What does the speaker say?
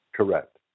Correct